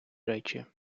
речі